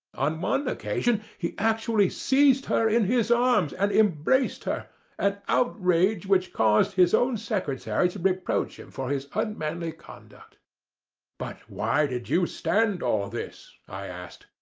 on one occasion he actually seized her in his arms and embraced her an outrage which caused his own secretary to reproach him for his unmanly conduct but why did you stand all this i asked.